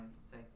say